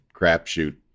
crapshoot